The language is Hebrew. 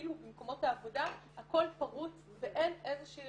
ואילו במקומות העבודה הכל פרוץ ואין איזושהי